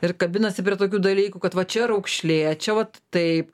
ir kabinasi prie tokių dalykų kad va čia raukšlė čia vat taip